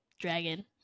dragon